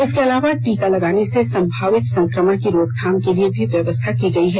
इसके अलावा टीका लगाने से संभावित संक्रमण की रोकथाम के लिए भी व्यवस्था की गई है